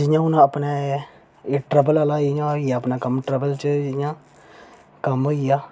जियां हून अपने एह् ट्रैवल आह्ला जियां होई गेआ अपना कम्म ट्रैवल च जियां कम्म होई गेआ